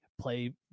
play